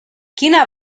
quina